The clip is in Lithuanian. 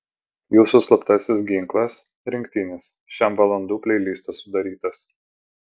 jūsų slaptasis ginklas rinktinis šem valandų pleilistas sudarytas